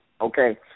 Okay